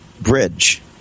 bridge